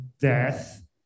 death